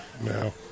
No